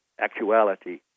actuality